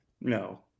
no